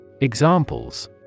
Examples